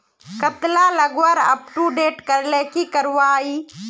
कतला लगवार अपटूडेट करले की करवा ई?